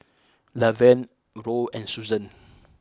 Lavern Roe and Susan